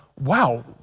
wow